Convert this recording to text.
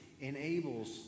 enables